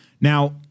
Now